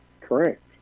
correct